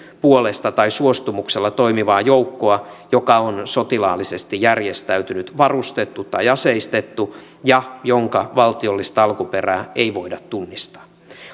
puolesta tai suostumuksella toimivaa joukkoa joka on on sotilaallisesti järjestäytynyt varustettu tai aseistettu ja jonka valtiollista alkuperää ei voida tunnistaa